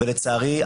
לצערי,